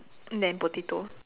than potato